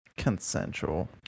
consensual